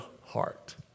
heart